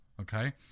Okay